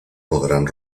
podrán